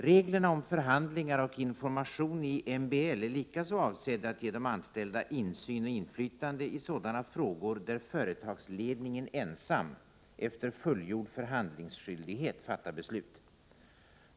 Reglerna i MBL om förhandlingar och information är likaså avsedda att ge de anställda insyn och inflytande i sådana frågor där företagsledningen— efter fullgjord förhandlingsskyldighet — ensam fattar beslut.